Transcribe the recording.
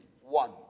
one